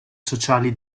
sociali